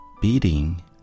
Beating